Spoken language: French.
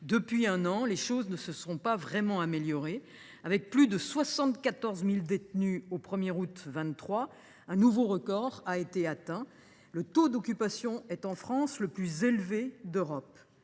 Depuis lors, les choses ne se sont pas vraiment améliorées. Avec plus de 74 000 détenus au 1 août 2023, un nouveau record a été atteint. Le taux d’occupation des prisons françaises est le plus élevé d’Europe.